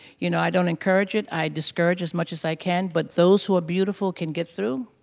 you know, i don't encourage it. i discourage as much as i can, but those who are beautiful can get through.